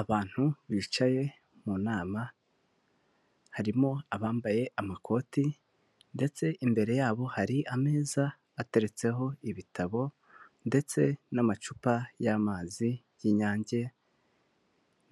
Abantu bicaye mu nama, harimo abambaye amakoti ndetse imbere yabo hari ameza bateretseho ibitabo ndetse n'amacupa y'amazi y'inyange